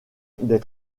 des